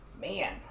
Man